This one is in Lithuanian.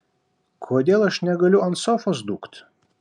kodėl aš negaliu ant sofos dūkt